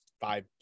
five